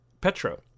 Petro